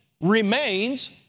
remains